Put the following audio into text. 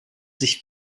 sich